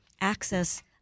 access